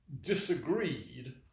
disagreed